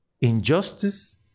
Injustice